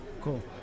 Cool